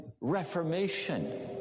reformation